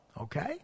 Okay